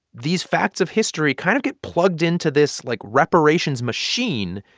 these facts of history kind of get plugged into this, like, reparations machine,